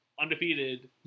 undefeated